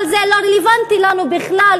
אבל זה לא רלוונטי לנו בכלל,